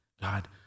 God